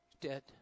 dead